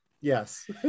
Yes